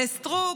לסטרוק,